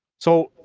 so,